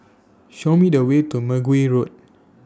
Show Me The Way to Mergui Road